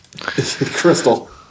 Crystal